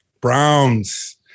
Browns